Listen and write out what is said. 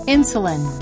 Insulin